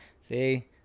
See